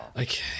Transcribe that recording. Okay